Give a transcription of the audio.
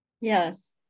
Yes